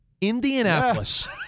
Indianapolis